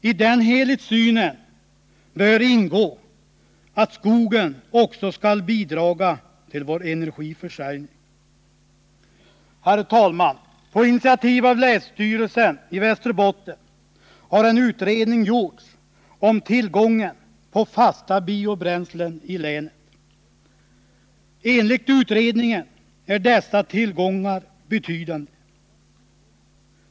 I den helhetssynen bör ingå att skogen också skall bidra till vår energiförsörjning. Herr talman! På initiativ av länsstyrelsen i Västerbotten har en utredning gjorts om tillgången på fasta biobränslen i länet. Enligt utredningen är dessa tillgångar betydande.